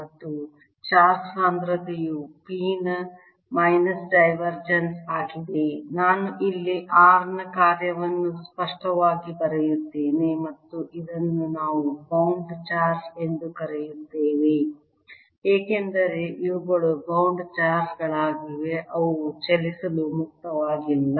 ಮತ್ತು ಚಾರ್ಜ್ ಸಾಂದ್ರತೆಯು P ನ ಮೈನಸ್ ಡೈವರ್ಜೆನ್ಸ್ ಆಗಿದೆ ನಾನು ಇಲ್ಲಿ r ನ ಕಾರ್ಯವನ್ನು ಸ್ಪಷ್ಟವಾಗಿ ಬರೆಯುತ್ತೇನೆ ಮತ್ತು ಇದನ್ನು ನಾವು ಬೌಂಡ್ ಚಾರ್ಜ್ ಎಂದು ಕರೆಯುತ್ತೇವೆ ಏಕೆಂದರೆ ಇವುಗಳು ಬೌಂಡ್ ಚಾರ್ಜ್ ಗಳಾಗಿವೆ ಅವು ಚಲಿಸಲು ಮುಕ್ತವಾಗಿಲ್ಲ